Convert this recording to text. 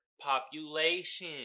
population